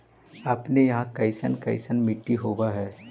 अपने यहाँ कैसन कैसन मिट्टी होब है?